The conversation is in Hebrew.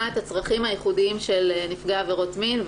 את הצרכים הייחודיים של נפגעי עבירות מין,